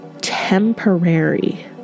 temporary